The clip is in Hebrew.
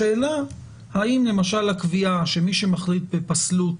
השאלה האם למשל הקביעה שמי שמחליט בפסלות